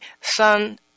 son